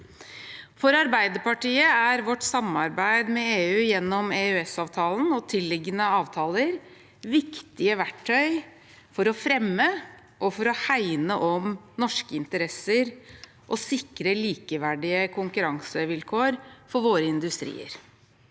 For Arbeiderpartiet er vårt samarbeid med EU gjennom EØSavtalen og tilliggende avtaler et viktig verktøy for å fremme og for å hegne om norske interesser og sikre likeverdige konkurransevilkår for våre industrier